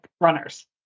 runners